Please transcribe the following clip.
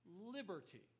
liberty